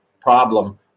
problem